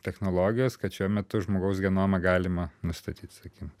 technologijos kad šiuo metu žmogaus genomą galima nustatyt sakykim